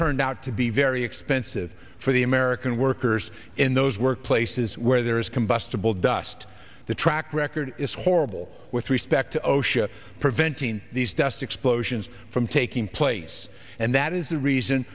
turned out to be very expensive for the american workers in those workplaces where there is combustible dust the track record is horrible with respect to osha preventing these dust explosions from taking place and that is the reason